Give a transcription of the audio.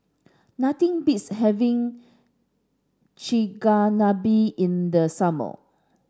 nothing beats having Chigenabe in the summer